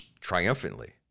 triumphantly